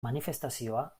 manifestazioa